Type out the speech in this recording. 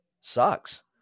sucks